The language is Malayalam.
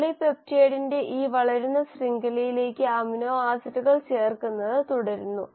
പോളിപെപ്റ്റൈഡിന്റെ ഈ വളരുന്ന ശൃംഖലയിലേക്ക് അമിനോ ആസിഡുകൾ ചേർക്കുന്നത് തുടരുന്നു